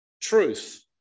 truth